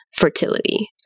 fertility